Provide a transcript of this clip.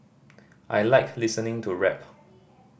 I like listening to rap